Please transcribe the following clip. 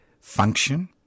function